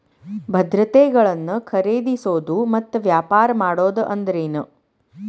ಭದ್ರತೆಗಳನ್ನ ಖರೇದಿಸೋದು ಮತ್ತ ವ್ಯಾಪಾರ ಮಾಡೋದ್ ಅಂದ್ರೆನ